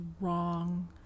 wrong